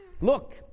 Look